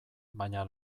baina